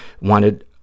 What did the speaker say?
wanted